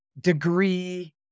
degree